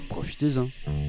profitez-en